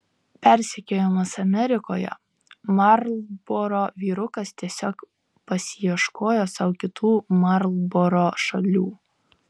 persekiojamas amerikoje marlboro vyrukas tiesiog pasiieškojo sau kitų marlboro šalių